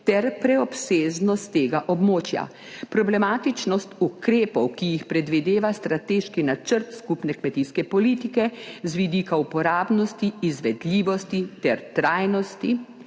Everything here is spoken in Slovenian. ter preobsežnost tega območja, problematičnost ukrepov, ki jih predvideva strateški načrt skupne kmetijske politike z vidika uporabnosti, izvedljivosti ter trajnosti,